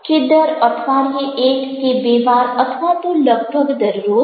કે દર અઠવાડિયે એક કે બે વાર અથવા તો લગભગ દરરોજ